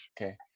okay